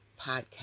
podcast